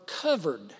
covered